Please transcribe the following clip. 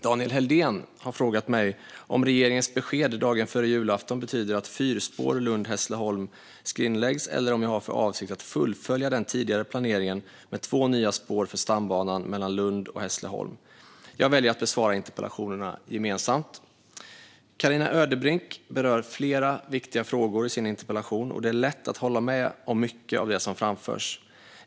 Daniel Helldén har frågat mig om regeringens besked dagen före julafton betyder att fyrspår Lund-Hässleholm skrinläggs eller om jag har för avsikt att fullfölja den tidigare planeringen med två nya spår för stambanan mellan Lund och Hässleholm. Jag väljer att besvara interpellationerna gemensamt. Carina Ödebrink berör flera viktiga frågor i sin interpellation, och det är lätt att hålla med om mycket av det som framförs.